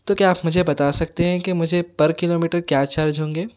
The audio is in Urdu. تو کیا آپ مجھے بتا سکتے ہیں کہ مجھے پر کلو میٹر کیا چارج ہوںگے